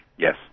Yes